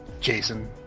Jason